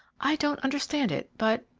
i don't understand it. but,